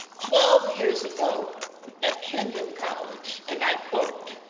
twelve years ago at kenyon college and i quote